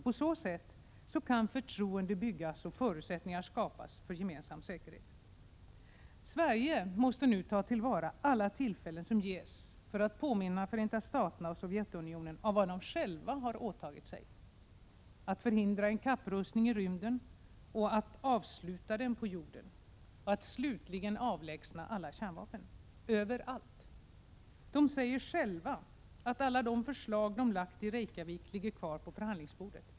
På så sätt kan förtroende byggas och förutsättningar skapas för gemensam säkerhet. Sverige måste nu ta till vara alla tillfällen som ges för att påminna Förenta staterna och Sovjetunionen om vad de själva åtagit sig — att förhindra en kapprustning i rymden och avsluta den på jorden, att slutligen avlägsna alla kärnvapen, överallt. De säger själva att alla de förslag de lagt i Reykjavik ligger kvar på förhandlingsbordet.